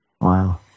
Wow